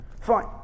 Fine